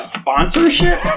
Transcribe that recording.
sponsorship